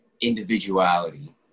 individuality